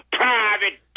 private